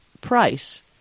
price